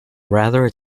rather